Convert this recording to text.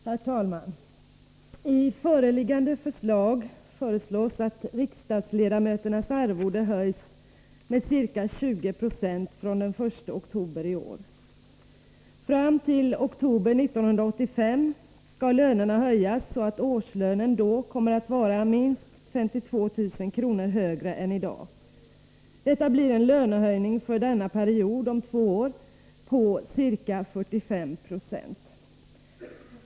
Herr talman! I förevarande betänkande föreslås att riksdagsledamöternas arvode höjs med ca 20 96 från den 1 oktober i år. Fram till oktober 1985 skall lönerna höjas, så att årslönen då kommer att vara minst 52 000 kr. högre än i dag. Detta blir en lönehöjning om ca 45 96 för denna period.